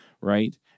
right